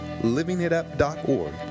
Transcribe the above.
livingitup.org